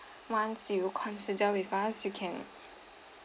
once you consider with us you can